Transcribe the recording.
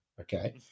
Okay